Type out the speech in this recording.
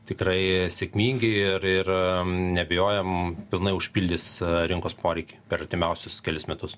tikrai sėkmingi ir ir neabejojam pilnai užpildys rinkos poreikį per artimiausius kelis metus